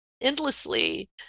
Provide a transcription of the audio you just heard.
endlessly